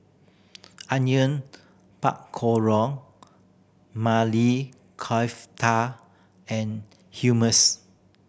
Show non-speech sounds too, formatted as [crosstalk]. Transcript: Onion Pakoro Mali [unintelligible] and [unintelligible]